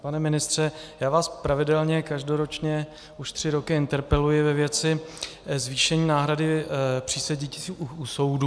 Pane ministře, já vás pravidelně každoročně už tři roky interpeluji ve věci zvýšení náhrady přísedících u soudů.